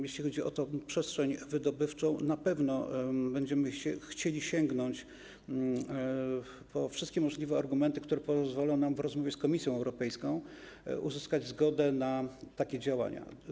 Jeśli chodzi o przestrzeń wydobywczą, to na pewno będziemy chcieli sięgnąć po wszystkie możliwe argumenty, które pozwolą nam w rozmowie z Komisją Europejską uzyskać zgodę na takie działania.